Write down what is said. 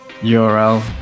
URL